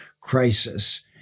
crisis